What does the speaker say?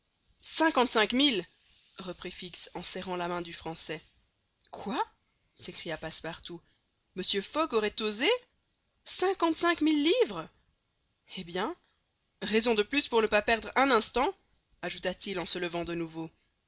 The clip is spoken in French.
reprit fix en serrant la main du français quoi s'écria passepartout mr fogg aurait osé cinquante-cinq mille livres eh bien raison de plus pour ne pas perdre un instant ajouta-t-il en se levant de nouveau